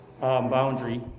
boundary